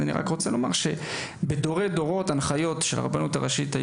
אבל אני רוצה לומר שההנחיות של הרבנות הראשית,